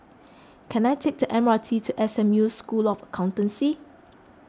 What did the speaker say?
can I take the M R T to S M U School of Accountancy